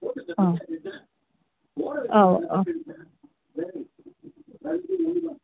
ஆ ஆ ஆ